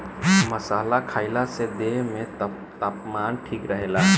मसाला खईला से देह में तापमान ठीक रहेला